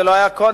זה לא היה קודם,